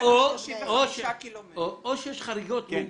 או שיש חריגות.